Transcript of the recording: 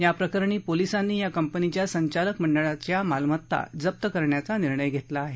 याप्रकरणी पोलिसांनी या कंपनीच्या संचालक मंडळाच्या मालमत्ता जप्त करण्याचा निर्णय घेतला आहे